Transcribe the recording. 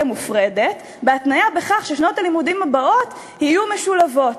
מופרדת בהתניה בכך ששנות הלימודים הבאות יהיו משולבות,